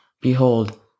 Behold